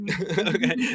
Okay